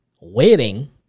waiting